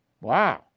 Wow